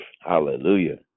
Hallelujah